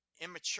immature